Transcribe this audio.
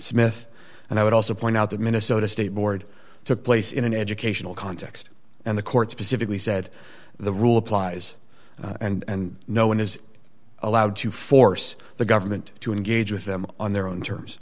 smith and i would also point out the minnesota state board took place in an educational context and the court specifically said the rule applies and no one is allowed to force the government to engage with them on their own